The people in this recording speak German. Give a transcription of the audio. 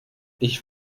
ich